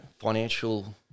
Financial